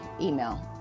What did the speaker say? email